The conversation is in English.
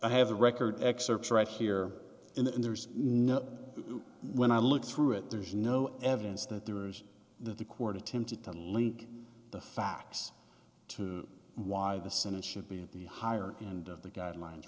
i have the record excerpts right here in the end there's no when i look through it there's no evidence that there is that the court attempted to link the facts to why the senate should be at the higher end of the guidelines